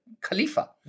Khalifa